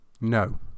No